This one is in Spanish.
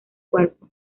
cuerpo